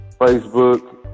Facebook